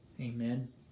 Amen